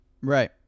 Right